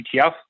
ETF